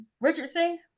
Richardson